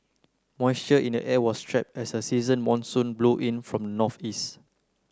moisture in the air was trapped as a season monsoon blew in from the northeast